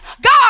God